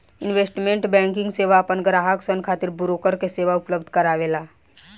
investment banking सेवा आपन ग्राहक सन खातिर ब्रोकर के सेवा उपलब्ध करावेला